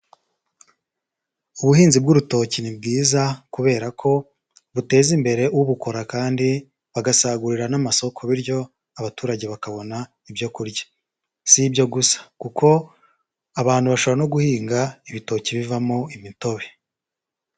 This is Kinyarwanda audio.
Ubuhinzi bw'urutoki ni bwiza kubera ko buteza imbere ubukora kandi agasagurira n'amasoko bityo abaturage bakabona ibyo kurya, si ibyo gusa kuko abantu bashobora no guhinga ibitoki bivamo imitobe.